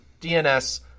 DNS